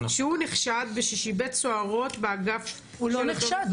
שהוא נחשד ששיבץ סוהרות באגף -- הוא לא נחשד,